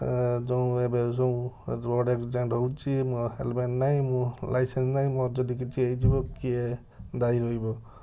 ଯୋଉ ଏବେ ଯୋଉ ରୋଡ଼ ଆକ୍ସିଡ଼େଣ୍ଟ ହେଉଛି ନୂଆ ହେଲମେଟ୍ ନାହିଁ ମୁଁ ଲାଇସେନ୍ସ ନାହିଁ ମୋର ଯଦି କିଛି ହେଇଯିବ କିଏ ଦାୟୀ ରହିବ